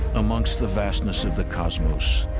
amongst the vastness of the cosmos,